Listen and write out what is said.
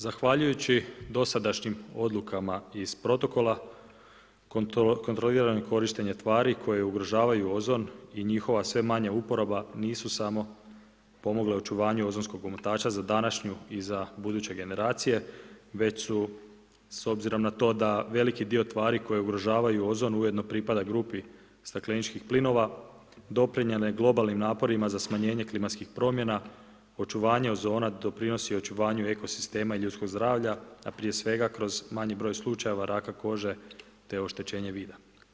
Zahvaljujući dosadašnjim odlukama iz Protokola kontrolirano korištenje tvari koje ugrožavaju ozon i njihova sve manja uporaba nisu samo pomogle očuvanju ozonskog omotača za današnju i za buduće generacije već su s obzirom na to da veliki dio tvari koje ugrožavaju ozon ujedno pripada grupi stakleničkih plinova doprinijele globalnim naporima za smanjenje klimatskih promjena, očuvanje ozona doprinosi očuvanju ekosistema i ljudskog zdravlja, a prije svega kroz manji broj slučajeva raka kože te oštećenje vida.